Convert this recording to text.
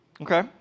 Okay